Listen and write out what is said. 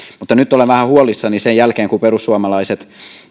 mutta nyt olen vähän huolissani sen jälkeen kun perussuomalaiset